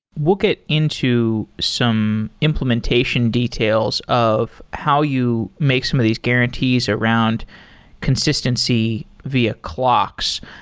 we'll get into some implementation details of how you make some of these guarantees around consistency via clocks.